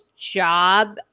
job